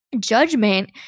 Judgment